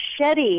machete